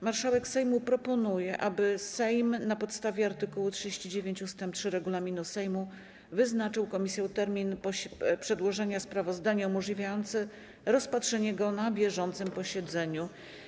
Marszałek Sejmu proponuje, aby Sejm, na podstawie art. 39 ust. 3 regulaminu Sejmu, wyznaczył komisjom termin przedłożenia sprawozdania umożliwiający rozpatrzenie go na bieżącym posiedzeniu.